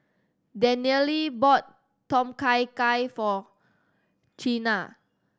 Daniele bought Tom Kha Gai for Chynna